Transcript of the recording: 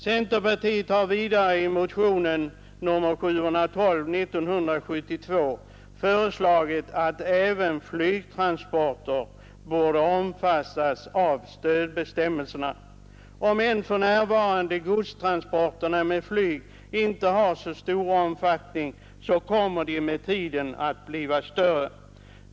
Centerpartiet har vidare i motionen 712 år 1972 föreslagit att även flygtransporter skall omfattas av stödbestämmelserna. Även om för närvarande godstransporterna med flyg inte har så stor omfattning, så kommer de med tiden att bli större.